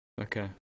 Okay